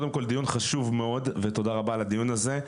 קודם כל דיון חשוב מאוד ותודה רבה על הדיון הזה.